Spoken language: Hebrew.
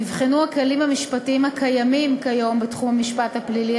נבחנו הכלים המשפטיים הקיימים כיום בתחום המשפט הפלילי,